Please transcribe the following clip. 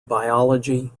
biology